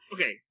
Okay